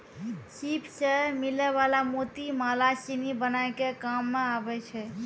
सिप सें मिलै वला मोती माला सिनी बनाय के काम में आबै छै